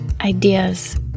ideas